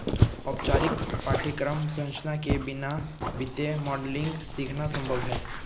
औपचारिक पाठ्यक्रम संरचना के बिना वित्तीय मॉडलिंग सीखना संभव हैं